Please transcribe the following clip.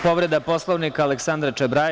Povreda Poslovnika, Aleksandra Čabraja.